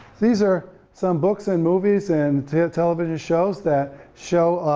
these are some books and movies and television shows that show